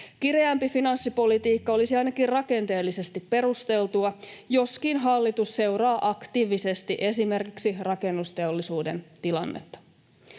Kireämpi finanssipolitiikka olisi ainakin rakenteellisesti perusteltua, joskin hallitus seuraa aktiivisesti esimerkiksi rakennusteollisuuden tilannetta.